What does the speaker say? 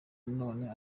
none